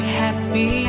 happy